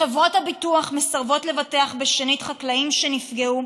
חברות הביטוח מסרבות לבטח שנית חקלאים שנפגעו,